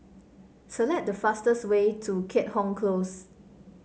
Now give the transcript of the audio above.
select the fastest way to Keat Hong Close